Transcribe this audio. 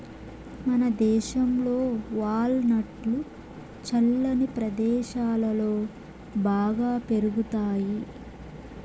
మనదేశంలో వాల్ నట్లు చల్లని ప్రదేశాలలో బాగా పెరుగుతాయి